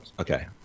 okay